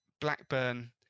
Blackburn